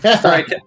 Sorry